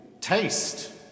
taste